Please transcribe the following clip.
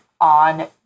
on